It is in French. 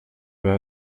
bas